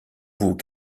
vous